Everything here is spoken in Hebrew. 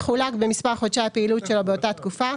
מחולק במספר חודשי הפעילות שלו באותה תקופה,